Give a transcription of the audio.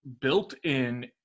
built-in